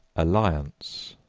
alliance,